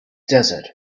desert